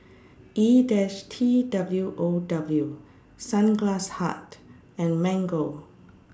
E dash T W O W Sunglass Hut and Mango